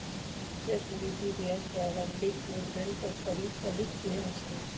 चक्रवृद्धि ब्याज प्रारंभिक मूलधन पर परिकलित ब्याज है